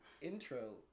intro